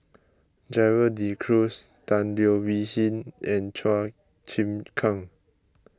Gerald De Cruz Tan Leo Wee Hin and Chua Chim Kang